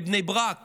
בבני ברק